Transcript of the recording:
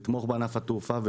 לתמוך בענף התעופה,